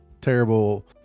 terrible